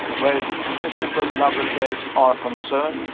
where these miserable love affairs are concerned,